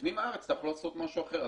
בפנים הארץ אתה יכול לעשות משהו אחר.